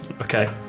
Okay